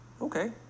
Okay